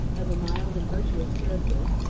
of a mild and virtuous character,